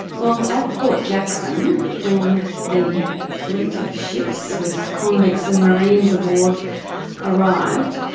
well, at port jackson when the fleet of ships with convicts and marines aboard arrived,